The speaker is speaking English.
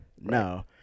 no